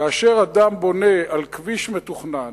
כאשר אדם בונה על כביש מתוכנן,